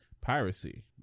piracy